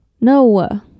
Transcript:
No